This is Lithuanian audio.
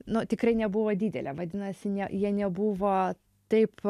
nu tikrai nebuvo didelė vadinasi ne jie nebuvo taip